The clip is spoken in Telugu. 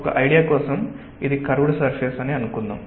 ఒక ఐడియా కోసం ఇది కర్వ్డ్ సర్ఫేస్ అని అనుకుందాం